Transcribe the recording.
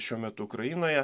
šiuo metu ukrainoje